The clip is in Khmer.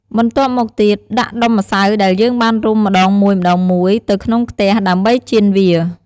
បន្ទាប់មកទៀត ដាក់ដុំម្សៅដែលយើងបានរុំម្ដងមួយៗ ទៅក្នុងខ្ទះ ដើម្បីចៀនវា។